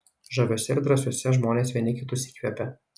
žaviuose ir drąsiuose žmonės vieni kitus įkvepia